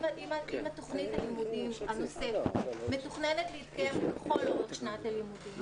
אם תוכנית הלימודים הנוספת ‏מתוכננת להתקיים לכל אורך שנת הלימודים